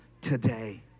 today